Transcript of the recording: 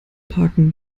parken